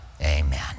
Amen